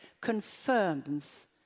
confirms